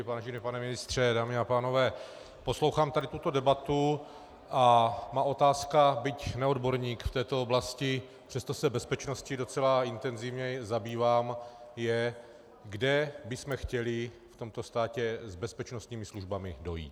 Vážený pane ministře, dámy a pánové, poslouchám tady tuto debatu a má otázka, byť neodborník v této oblasti, přesto se bezpečností docela intenzivně zabývám, je, kam bychom chtěli v tomto státě s bezpečnostními službami dojít.